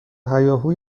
هیاهوی